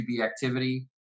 activity